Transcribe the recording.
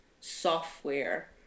software